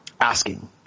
asking